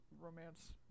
romance